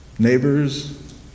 neighbors